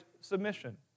submission